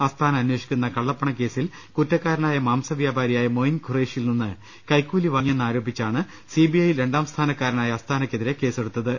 അസ്താന അന്വേഷിക്കുന്ന കള്ളപ്പണക്കേസിൽ കുറ്റക്കാരനായ മാംസ വ്യാപാരിയായ മോയിൻ ഖുറേഷിയിൽ നിന്ന് കൈക്കൂലി വാങ്ങിയെന്നാരോപിച്ചാണ് സി ബി ഐയിൽ രണ്ടാം സ്ഥാനക്കാര നായ അസ്താനയ്ക്കെതിരെ കേസെടുത്തത്